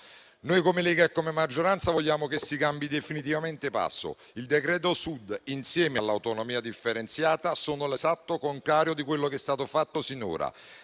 Noi, come Lega e come maggioranza, vogliamo che si cambi definitivamente passo. Il decreto Sud, insieme all'autonomia differenziata, è l'esatto contrario di quello che è stato fatto sinora: